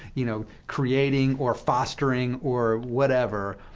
you know, creating or fostering or whatever,